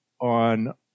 on